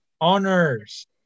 Honors